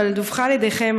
אבל דווחה על-ידיכם,